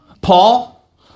Paul